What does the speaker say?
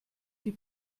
die